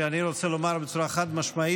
שאני רוצה לומר בצורה חד-משמעית: